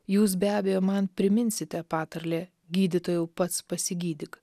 jūs be abejo man priminsite patarlė gydytojau pats pasigydyk